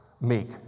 meek